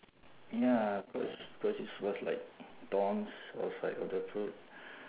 ya cause cause it's all like thorns outside of the fruit